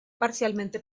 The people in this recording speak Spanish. parcialmente